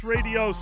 Radio